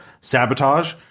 sabotage